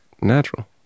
natural